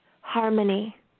harmony